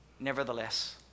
Nevertheless